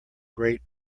great